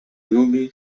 lubi